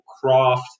craft